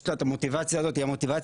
יש את המוטיבציה הזאת שהיא המרכזית,